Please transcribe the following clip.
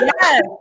Yes